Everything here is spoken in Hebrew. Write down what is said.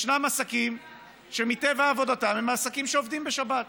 ישנם עסקים שמטבע עבודתם הם עסקים שעובדים בשבת.